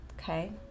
Okay